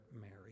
Mary